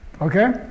Okay